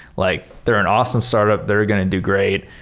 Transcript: like they're an awesome startup. they're going to do great.